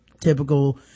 typical